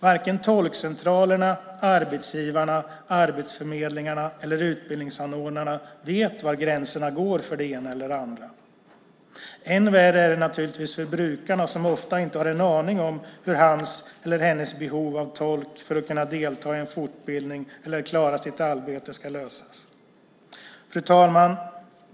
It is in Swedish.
Varken tolkcentralerna, arbetsgivarna, Arbetsförmedlingen eller utbildningsanordnarna vet var gränserna går för det ena eller andra. Än värre är det naturligtvis för brukarna som ofta inte har en aning om hur hans eller hennes behov av tolk för att kunna delta i en fortbildning eller klara sitt arbete ska lösas. Fru talman!